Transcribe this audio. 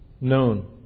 known